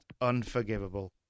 unforgivable